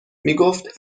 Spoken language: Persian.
میگفت